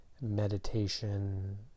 meditation